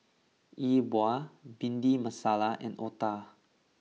E Bua Bhindi Masala and Otah